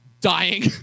dying